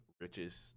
richest